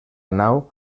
nau